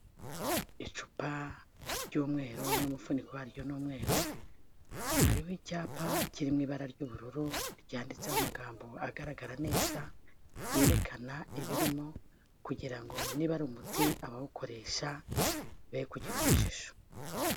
Icupa ry'umweru n'umufundiniko waryo ni umweru hariho icyapa kiririmo ibara ry'ubururu ryanditseho amagambo agaragara neza yerekana ibirimo kugira ngo niba ari umuti abawukoresha be kugira urujijo.